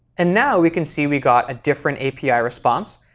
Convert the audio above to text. and now we can see we got a different api response.